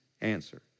answer